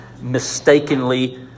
mistakenly